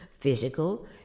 physical